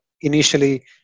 Initially